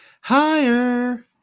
higher